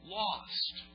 lost